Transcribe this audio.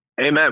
Amen